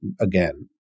again